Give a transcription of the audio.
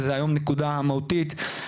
וזו היום נקודה מהותית.